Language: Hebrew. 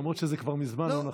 למרות שזה כבר מזמן לא נכון.